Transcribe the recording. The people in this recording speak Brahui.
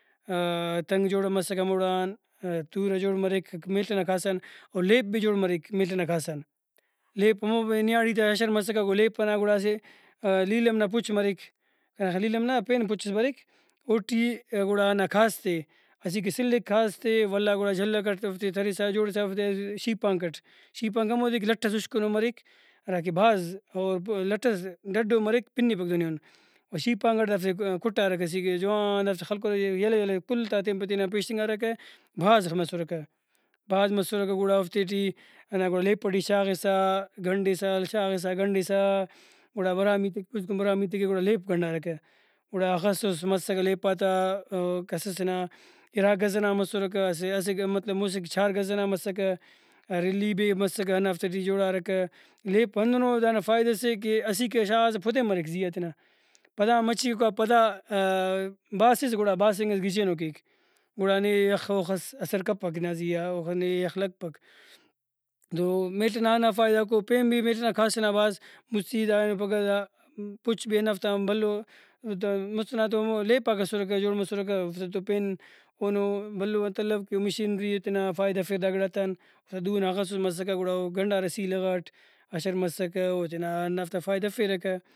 تنگ جوڑ مسکہ ہموڑان تورہ جوڑ مریکک میل ئنا کھاس آن او لیپ بھی جوڑ مریک میل ئنا کھاس آن۔ لیپ ہمو نیاڑی تا اشر مسکہ گڑا لیپ ئنا گڑا اسہ لیلم نا پُچ مریک کنا خیال لیلم نا آہا پین پُچ ئس بریک اوٹی گڑا ہندا کھاس تے اسیکہ سلک کھاس تے ولا گڑا جھلک اٹ اوفتے درسا جوڑسا اوفتے شیپانک اٹ شیپانک ہمودے کہ لٹ ئس ہُشکنو مریک ہراکہ بھاز اور لٹ ئس ڈڈو مریک پنپک دہن ایہن اور شیپانک اٹ دافتے کُٹارکہ اسیکہ جوان دافتے خلکرہ یلہ یلہ کل تا تین پہ تین آ پیشتنگارکہ بھاز مسرکہ بھاز مسرکہ گڑا اوفتے ٹی ہندا لیپ ٹی شاغسا گنڈساشاغاگنڈسا گڑا برامی کہ پوسکن برام تیکہ گڑا لیپ گنڈارکہ گڑا ہخسوس مسکہ لیپاتا کسسے نا اِرا گز ئنا مسرکہ اسہ مطلب مُسہ چھار گز ئنا مسکہ رلی بھی مسکہ ہندافتے ٹی جوڑارکہ لیپ ہندنو دانا فائدہ سے کہ اسیکا شاغاس تہ پدین مریک زیہاتینا پدا مچہ اوکا پدا باسس گڑا باسنگ ئس گچینو کیک گڑا نے یخ اوخس اثر کپک نا زیہا اوخہ نے یخ لگپک ۔تو میل ئنا ہندا فائدہ کو پین بھی میل ئنا کھاس ئنا بھاز مُستی دا اینو پھگہ دا پُچ بھی ہندافتان بھلو مُست ئنا تو ہمو لیپاک اسُرکہ جوڑ مسرکہ اوفتا توپین اوہنو بھلو انت الو کہ او مشینری ئے تینا فائدہ ہرفر دا گڑاتان دو ئنا ہخسوس مسکہ گڑا او گنڈارہ سیلہ غٹ اشر مسکہ اوتینا ہندافتا فائدہ ہرفیرہ کہ